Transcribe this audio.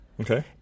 Okay